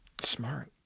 smart